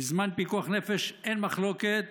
בזמן פיקוח נפש אין מחלוקת